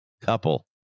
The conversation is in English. couple